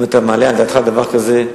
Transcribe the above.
אם אתה מעלה על דעתך דבר כזה,